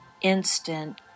instant